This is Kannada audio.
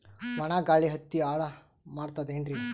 ಒಣಾ ಗಾಳಿ ಹತ್ತಿ ಹಾಳ ಮಾಡತದೇನ್ರಿ?